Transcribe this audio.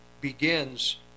begins